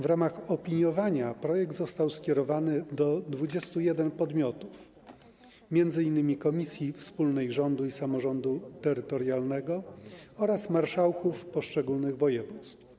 W ramach opiniowania projekt został skierowany do 21 podmiotów, m.in. Komisji Wspólnej Rządu i Samorządu Terytorialnego oraz marszałków poszczególnych województw.